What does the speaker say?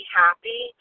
happy